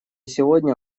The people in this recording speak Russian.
сегодня